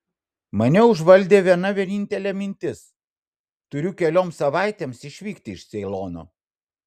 mane užvaldė viena vienintelė mintis turiu kelioms savaitėms išvykti iš ceilono